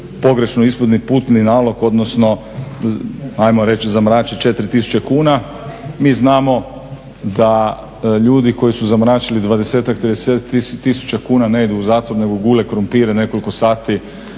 pogrešno ispuni putni nalog, odnosno hajmo reći zamrači 4000 kuna. Mi znamo da ljudi koji su zamračili 20-tak, 30-tak tisuća kuna ne idu u zatvor nego gule krumpire nekoliko sati